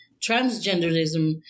transgenderism